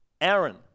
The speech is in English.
Aaron